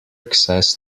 access